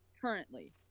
currently